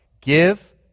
Give